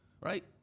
right